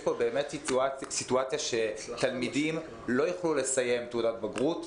יש פה באמת סיטואציה שתלמידים לא יוכלו לסיים תעודת בגרות,